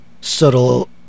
subtle